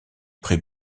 pris